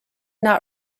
not